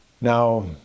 Now